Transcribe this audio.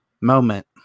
moment